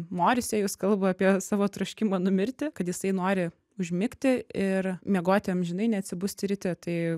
morisėjus kalba apie savo troškimą numirti kad jisai nori užmigti ir miegoti amžinai neatsibusti ryte tai